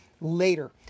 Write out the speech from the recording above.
later